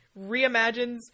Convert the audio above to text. reimagines